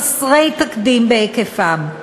חסרי תקדים בהיקפם,